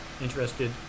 interested